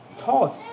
taught